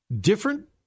different